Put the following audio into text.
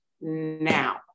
now